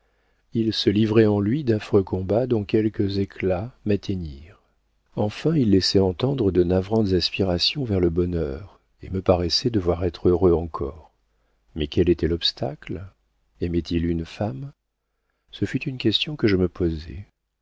il se livrait en lui d'affreux combats dont quelques éclats m'atteignirent enfin il laissait entendre de navrantes aspirations vers le bonheur et me paraissait devoir être heureux encore mais quel était l'obstacle aimait il une femme ce fut une question que je me posai